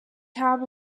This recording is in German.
habe